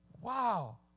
wow